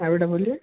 हाँ बेटा बोलिए